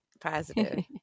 positive